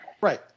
Right